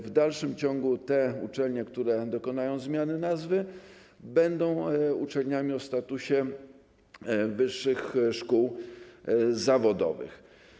W dalszym ciągu te uczelnie, które dokonają zmiany nazwy, będą uczelniami o statusie wyższych szkół zawodowych.